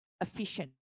efficient